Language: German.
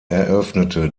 eröffnete